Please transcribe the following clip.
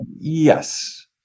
Yes